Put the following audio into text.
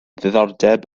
ddiddordeb